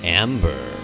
amber